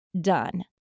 done